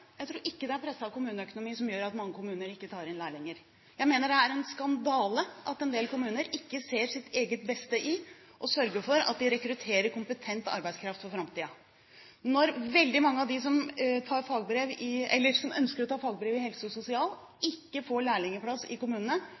jeg tror ikke det er presset kommuneøkonomi som gjør at mange kommuner ikke tar inn lærlinger. Jeg mener det er en skandale at en del kommuner ikke ser sitt eget beste når det gjelder å sørge for at de rekrutterer kompetent arbeidskraft for framtiden. Når veldig mange av dem som ønsker å ta fagbrev i helse og sosial, ikke får lærlingplass i kommunene,